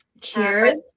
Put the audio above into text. Cheers